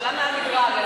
זהו, השאלה, מה המדרג?